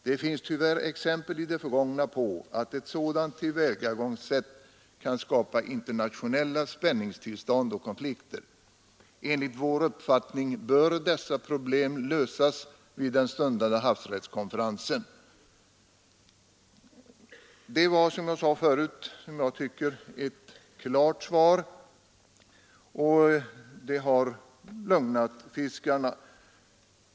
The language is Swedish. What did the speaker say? Det finns tyvärr exempel i det förgångna på att ett sådant tillvägagångssätt kan skapa internationella spänningstillstånd och konflikter. Enligt vår uppfattning bör dessa problem lösas vid den stundande havsrättskonferensen, ———.” Det var, som jag sade förut, ett som jag tycker klart svar, och det har lugnat fiskarna.